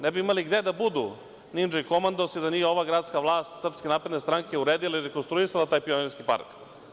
Ne bi imali gde da budu nindže i komandosi da nije ova gradska vlast SNS uredila i rekonstruisala taj Pionirski park.